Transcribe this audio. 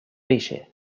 pêchaient